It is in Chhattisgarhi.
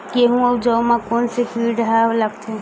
गेहूं अउ जौ मा कोन से कीट हा लगथे?